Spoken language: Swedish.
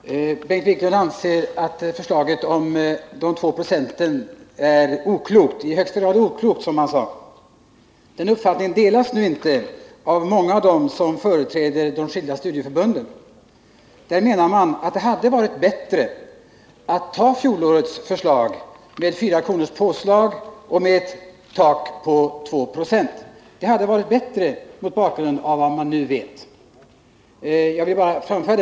Herr talman! Bengt Wiklund anser att förslaget om ett tak vid 2 2, är, som han sade, i högsta grad oklokt. Den uppfattningen delas nu inte av många av dem som företräder de enskilda studieförbunden. De menar att det, mot bakgrund av vad man nu vet, hade varit bättre att anta förra årets förslag, innebärande ett påslag om 4 kr. och ett tak vid 2 20.